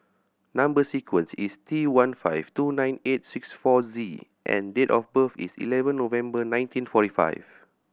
number sequence is T one five two nine eight six four Z and date of birth is eleven November nineteen forty five